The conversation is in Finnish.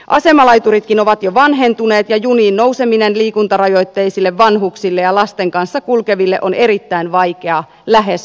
asemalaituritkin ovat jo vanhentuneet ja juniin nouseminen liikuntarajoitteisille vanhuksille ja lasten kanssa kulkeville on erittäin vaikeaa lähes mahdotonta